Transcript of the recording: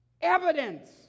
evidence